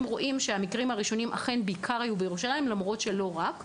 רואים שהמקרים הראשוניים היו בעיקר בירושלים למרות שלא רק.